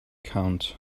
count